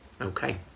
Okay